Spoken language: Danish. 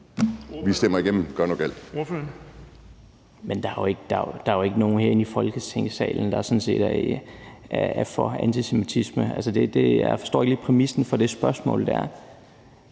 Kl. 11:16 Mohammad Rona (M): Der er jo ikke nogen herinde i Folketingssalen, der sådan set er for antisemitisme. Altså, jeg forstår ikke lige præmissen for det spørgsmål. Det